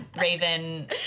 Raven